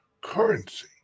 currency